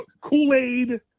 Kool-Aid